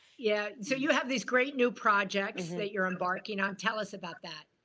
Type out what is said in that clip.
yeah so you have these great, new projects that you're embarking on. tell us about that.